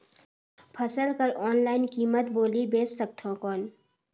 फसल कर ऑनलाइन कीमत बोली बेच सकथव कौन?